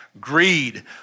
greed